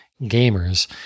gamers